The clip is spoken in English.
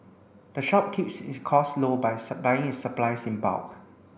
the shop keeps its cost low by its supplies in bulk